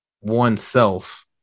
oneself